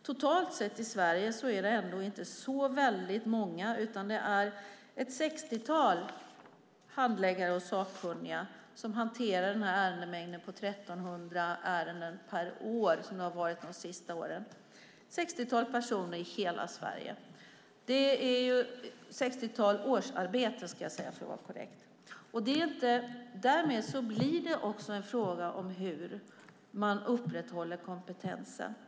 Totalt sett är det ändå inte så väldigt många utan ett sextiotal handläggare och sakkunniga i hela Sverige som hanterar ärendemängden på 1 300 ärenden per år, som det har varit de senaste åren. Det är ett sextiotal årsarbeten, ska jag säga för att vara korrekt. Därmed blir det också en fråga om hur man upprätthåller kompetensen.